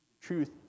truth